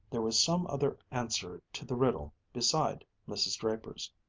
there was some other answer to the riddle, beside mrs. draper's.